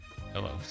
Hello